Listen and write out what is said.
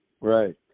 Right